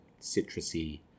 citrusy